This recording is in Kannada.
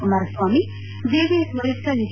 ಕುಮಾರಸ್ವಾಮಿ ಜೆಡಿಎಸ್ ವರಿಷ್ವ ಹೆಚ್